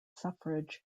suffrage